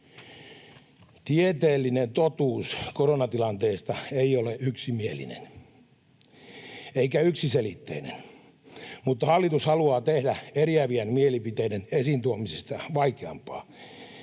Tieteellinen totuus koronatilanteesta ei ole yksimielinen eikä yksiselitteinen, mutta hallitus haluaa tehdä eriävien mielipiteiden esiin tuomisesta vaikeampaa